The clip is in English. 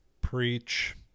preach